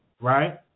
right